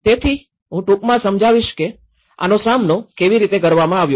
તેથી હું ટૂંકમાં સમજાવીશ કે આનો સામનો કેવી રીતે કરવામાં આવ્યો છે